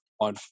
on